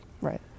Right